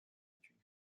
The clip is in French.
études